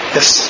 Yes